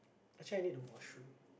actually I need the washroom